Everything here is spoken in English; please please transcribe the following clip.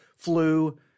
Flu